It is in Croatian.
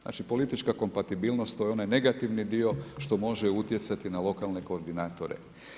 Znači politička kompatibilnost to je onaj negativni dio što može utjecati na lokalne koordinatore.